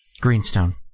Greenstone